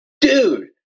dude